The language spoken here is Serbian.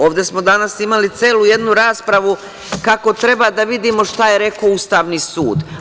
Ovde smo danas imali celu jednu raspravu kako treba da vidimo šta je rekao Ustavni sud.